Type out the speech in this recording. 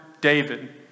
David